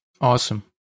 Awesome